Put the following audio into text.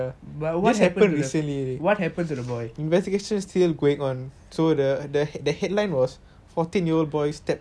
but what happened to the what happened to the boy